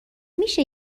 میشه